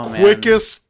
quickest